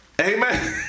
Amen